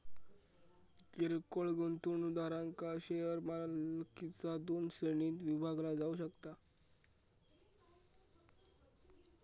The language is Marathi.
किरकोळ गुंतवणूकदारांक शेअर मालकीचा दोन श्रेणींत विभागला जाऊ शकता